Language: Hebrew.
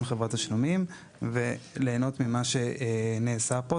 חברת תשלומים ולהבנות ממה שנעשה פה.